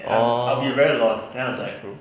orh that's true